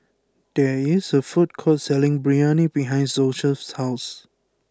there is a food court selling Biryani behind Joeseph's house